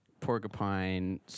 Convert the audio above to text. porcupine